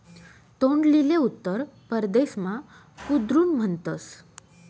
तोंडलीले उत्तर परदेसमा कुद्रुन म्हणतस